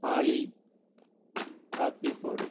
ஆலி காப்பி போடு